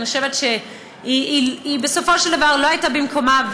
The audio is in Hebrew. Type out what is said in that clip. אני חושבת שהיא בסופו של דבר לא הייתה במקומה,